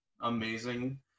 amazing